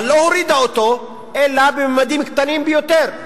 אבל לא הורידה אותו אלא בממדים קטנים ביותר,